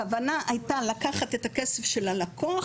הכוונה הייתה לקחת את הכסף של הלקוח,